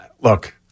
Look